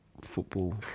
football